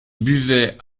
buvait